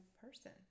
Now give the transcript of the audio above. person